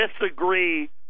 disagree